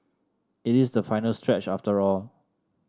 it is the final stretch after all